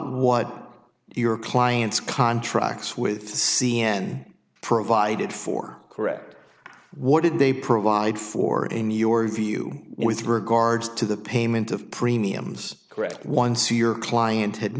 what your client's contracts with c n n provided for correct what did they provide for in your view with regards to the payment of premiums correct once your client had